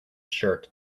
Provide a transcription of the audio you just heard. shirt